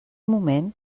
moment